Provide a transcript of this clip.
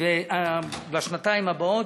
בשנתיים הבאות.